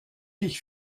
dich